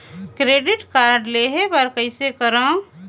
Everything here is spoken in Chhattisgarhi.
क्रेडिट कारड लेहे बर कइसे करव?